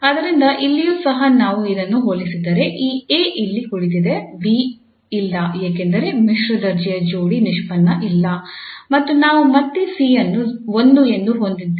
ಆದ್ದರಿಂದ ಇಲ್ಲಿಯೂ ಸಹ ನಾವು ಇದನ್ನು ಹೋಲಿಸಿದರೆ ಈ 𝐴 ಇಲ್ಲಿ ಕುಳಿತಿದೆ 𝐵 ಇಲ್ಲ ಏಕೆಂದರೆ ಮಿಶ್ರ ದರ್ಜೆಯ ಜೋಡಿ ನಿಷ್ಪನ್ನ ಇಲ್ಲ ಮತ್ತು ನಾವು ಮತ್ತೆ 𝐶 ಅನ್ನು 1 ಎಂದು ಹೊಂದಿದ್ದೇವೆ